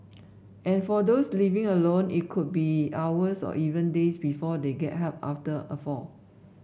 and for those living alone it could be hours or even days before they get help after a fall